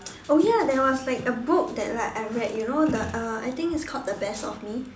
oh ya there was like a book that like I read you know the uh I think it's called The Best of Me